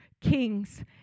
kings